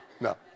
No